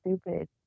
stupid